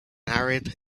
arid